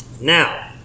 Now